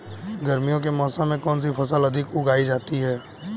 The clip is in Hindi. गर्मियों के मौसम में कौन सी फसल अधिक उगाई जाती है?